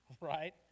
Right